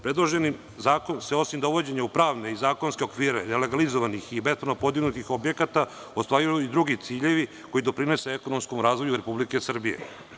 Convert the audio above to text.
Predloženi zakon se osim dovođenja u pravne i zakonske okvire, legalizovanih i bespravno podignutih objekata ostvaruju i drugi ciljevi, koji doprinose ekonomskom razvoju Republike Srbije.